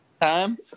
time